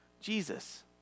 Jesus